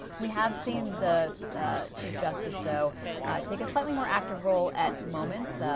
we have seen this chief justice though take a slightly more active role at moments,